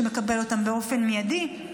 שמקבל אותם באופן מיידי.